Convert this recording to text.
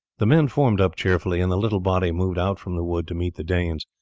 the men formed up cheerfully, and the little body moved out from the wood to meet the danes.